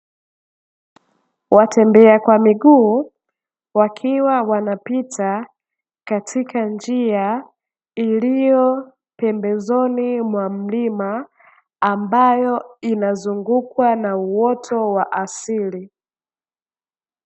Watembea kwa miguu wakiwa wanapita katika njia, iliyopembezoni mwa mlima ambayo inazungukwa na uoto wa asili.